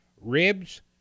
ribs